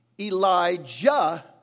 Elijah